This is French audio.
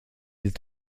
est